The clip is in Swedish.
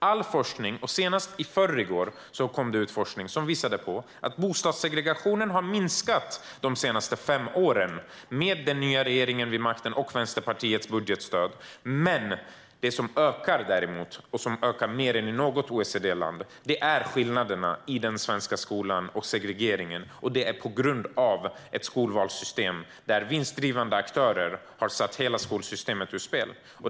All forskning visar - senast i förrgår kom det ut forskning som visar - att bostadssegregationen har minskat de senaste fem åren, med den nya regeringen vid makten och med Vänsterpartiets budgetstöd. Det som däremot ökar, och ökar mer än i något OECD-land, är skillnaderna i den svenska skolan och segregeringen. Det är på grund av ett skolvalssystem där vinstdrivande aktörer har satt hela skolsystemet ur spel.